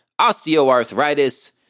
osteoarthritis